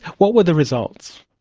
what were the results?